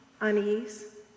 unease